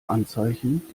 anzeichen